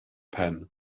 pen